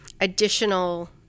additional